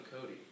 Cody